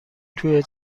توی